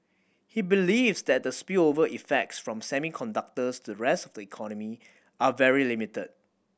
he believes that the spillover effects from semiconductors to rest of the economy are very limited